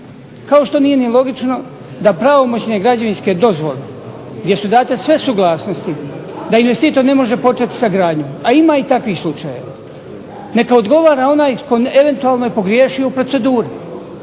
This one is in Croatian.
Kao što nije ni logično da pravomoćne građevinske dozvole gdje su date sve suglasnosti da investitor ne može početi sa gradnjom. A ima i takvih slučajeva. Neka odgovora onaj tko eventualno je pogriješio u proceduri,